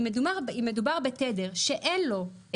אם מדובר בתדר שאין לו,